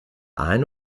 ein